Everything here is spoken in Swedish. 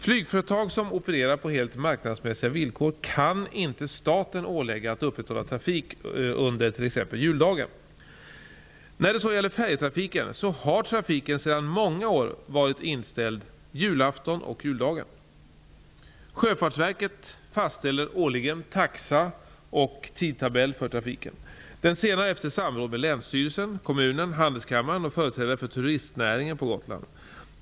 Flygföretag som opererar på helt marknadsmässiga villkor kan inte staten ålägga att upprätthålla trafik under t.ex. Sjöfartsverket fastställer årligen taxa och tidtabell för trafiken. Den senare fastställs efter samråd med länsstyrelsen, kommunen, Handelskammaren och företrädare för turistnäringen på Gotland.